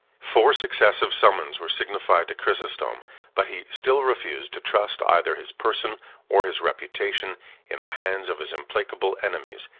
four successive summons were signified to chrysostom but he still refused to trust either his person or his reputation in the hands of his implacable enemies,